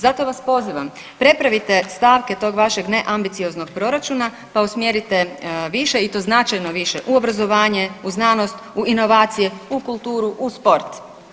Zato vas pozivam prepravite stavke tog vašeg neambicioznog proračuna pa usmjerite više i to značajno više u obrazovanje, u znanost, u inovacije, u kulturu, u sport.